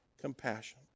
compassion